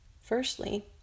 Firstly